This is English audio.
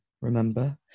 remember